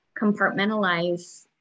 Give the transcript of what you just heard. compartmentalize